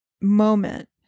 moment